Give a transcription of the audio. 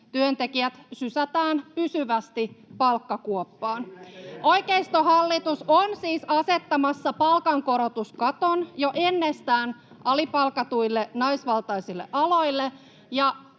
Ei näköjään kelpaa!] Oikeistohallitus on siis asettamassa palkankorotuskaton jo ennestään alipalkatuille naisvaltaisille aloille.